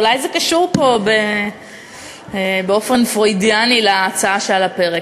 אולי זה קשור פה באופן פרוידיאני להצעה שעל הפרק.